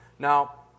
Now